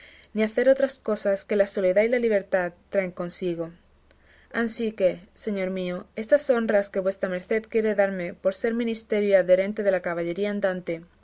ni hacer otras cosas que la soledad y la libertad traen consigo ansí que señor mío estas honras que vuestra merced quiere darme por ser ministro y adherente de la caballería andante